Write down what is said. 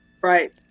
Right